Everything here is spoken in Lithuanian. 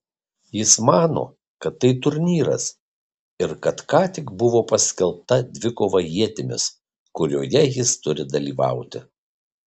jis mano kad tai turnyras ir kad ką tik buvo paskelbta dvikova ietimis kurioje jis turi dalyvauti